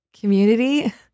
community